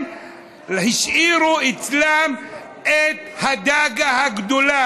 הם השאירו אצלם את הדג הגדול: